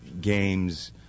games